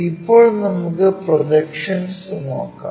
ഇപ്പോൾ നമുക്കു പ്രോജെക്ഷൻസ് നോക്കാം